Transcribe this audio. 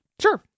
Sure